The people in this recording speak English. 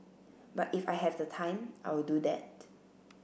but if I have the time I'll do that